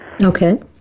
Okay